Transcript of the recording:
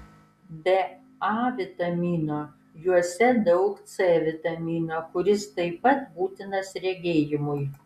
be a vitamino juose daug c vitamino kuris taip pat būtinas regėjimui